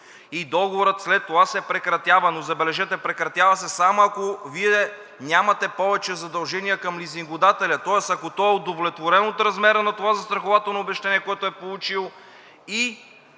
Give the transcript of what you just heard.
и договорът след това се прекратява, но забележете – прекратява се само, ако Вие нямате повече задължения към лизингодателя. Тоест, ако той е удовлетворен от размера на това застрахователно обезщетение, което е получил